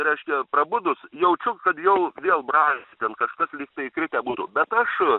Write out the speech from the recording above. reiškia prabudus jaučiu kad jau vėl braižosi ten kažkas lygtai įkritę būtų bet aš